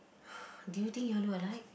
do you think you all look alike